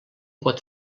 pot